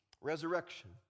resurrection